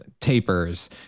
tapers